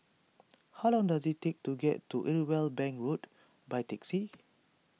how long does it take to get to Irwell Bank Road by taxi